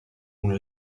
una